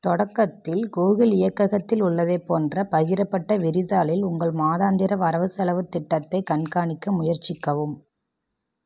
தொடக்கத்தில் கூகிள் இயக்ககத்தில் உள்ளதைப் போன்ற பகிரப்பட்ட விரிதாளில் உங்கள் மாதாந்திர வரவு செலவுத் திட்டத்தைக் கண்காணிக்க முயற்சிக்கவும்